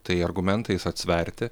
tai argumentais atsverti